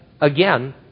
again